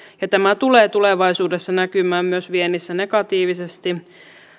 ja tämä tulee tulevaisuudessa näkymään myös viennissä negatiivisesti